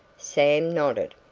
sam nodded.